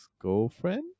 girlfriend